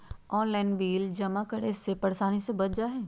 Online bill जमा करे से परेशानी से बच जाहई?